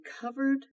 covered